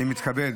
אני מתכבד